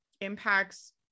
impacts